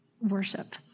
worship